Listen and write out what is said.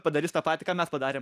padarys tą patį ką mes padarėm